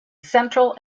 central